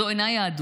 זו אינה יהדות.